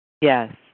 Yes